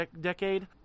decade